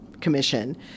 commission